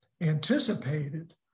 anticipated